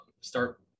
Start